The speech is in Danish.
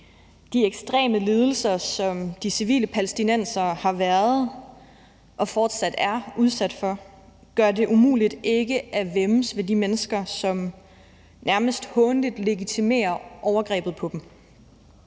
De ekstreme lidelser, som de civile palæstinensere har været og fortsat er udsat for, gør det umuligt ikke at væmmes ved de mennesker, som nærmest hånligt legitimerer overgrebet på dem.